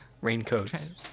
Raincoats